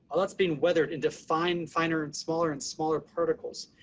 all that's being weathered into fine, finer, and smaller, and smaller particles,